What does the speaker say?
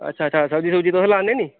अच्छा अच्छा सब्जी सुब्जी तुस लान्ने नी